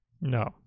No